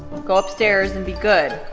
go upstairs and be good.